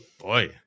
boy